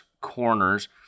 Corners